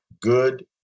good